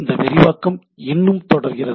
இந்த விரிவாக்கம் இன்னும் தொடர்கிறது